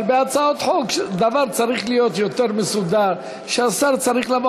אבל בהצעות חוק דבר צריך להיות יותר מסודר: השר צריך לבוא,